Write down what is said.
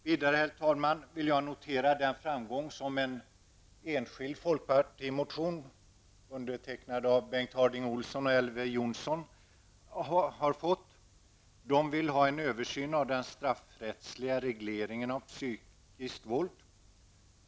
Vidare, herr talman, vill jag notera den framgång som en enskild folkpartimotion, undertecknad av De vill ha en översyn av den straffrättsliga regleringen av psykiskt våld.